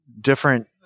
different